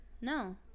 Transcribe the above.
No